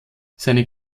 seine